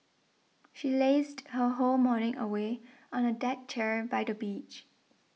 she lazed her whole morning away on a deck chair by the beach